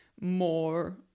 more